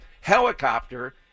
helicopter